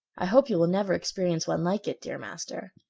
i hope you will never experience one like it, dear master.